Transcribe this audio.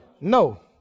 No